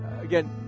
again